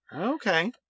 Okay